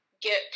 get